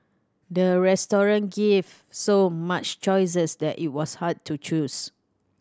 the restaurant gave so much choices that it was hard to choose